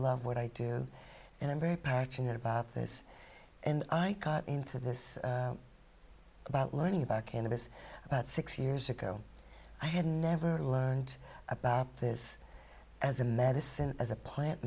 love what i do and i'm very passionate about this and i cut into this about learning about cannabis about six years ago i had never learned about this as a medicine as a plant